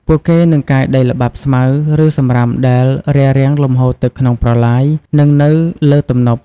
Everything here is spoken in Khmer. ពួកគេនឹងកាយដីល្បាប់ ស្មៅ ឬសំរាមដែលរារាំងលំហូរទឹកក្នុងប្រឡាយ និងនៅលើទំនប់។